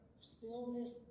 stillness